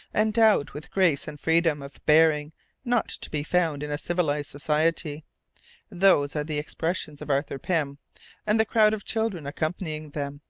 endowed with grace and freedom of bearing not to be found in a civilized society those are the expressions of arthur pym and the crowd of children accompanying them,